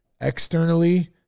externally